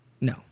No